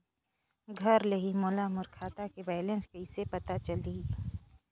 घर ले ही मोला मोर खाता के बैलेंस कइसे पता चलही?